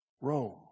Rome